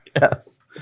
Yes